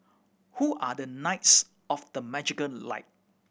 who are the knights of the magical light